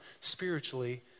spiritually